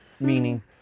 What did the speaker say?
Meaning